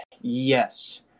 Yes